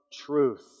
truth